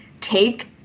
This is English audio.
take